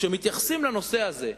כשמתייחסים לנושא הזה,